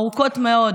ארוכות מאוד.